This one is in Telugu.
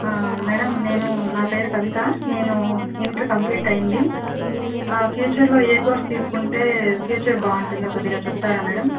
మేడం నేను నా పేరు కవిత నేను ఇంటర్ కంప్లీట్ అయ్యింది ఫ్యూచర్లో ఏ కోర్స్ తీసుకుంటే ఫ్యూచర్ బాగుంటుందో కొద్దిగా చెప్తారా మేడం